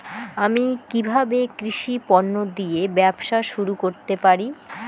আমি কিভাবে কৃষি পণ্য দিয়ে ব্যবসা শুরু করতে পারি?